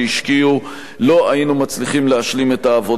לא היינו מצליחים להשלים את העבודה הזו,